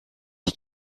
ich